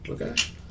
okay